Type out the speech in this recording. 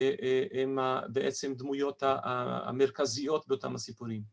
‫הם ה... בעצם דמויות המרכזיות ‫באותם הסיפורים.